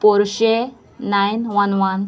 Porsche nine one one